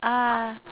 ah